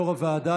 יו"ר הוועדה,